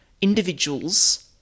individuals